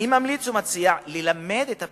אני ממליץ ומציע ללמד לקראת המבחן